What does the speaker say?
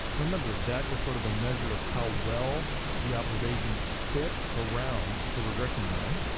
remember that is sort of a measure of how well the observations fit around the regression line.